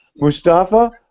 Mustafa